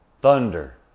Thunder